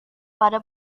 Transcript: pada